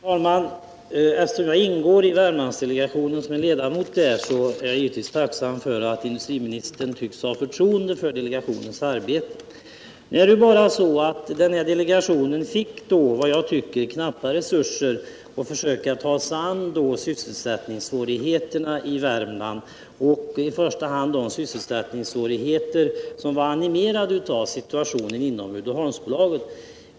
Herr talman! Eftersom jag ingår i Värmlandsdelegationen är jag givetvis tacksam för att industriministern tycks ha förtroende för delegationens arbetssätt. Men denna delegation fick vad jag tycker för knappa resurser för att ta sig an sysselsättningssvårigheterna i Värmland, i första hand de svårigheter som animerades av situationen inom Uddeholmsbolaget.